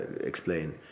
explain